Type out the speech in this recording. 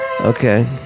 Okay